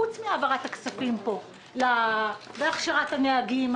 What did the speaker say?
חוץ מהעברת הכספים והכשרת הנהגים,